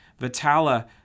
Vitala